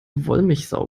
wollmilchsau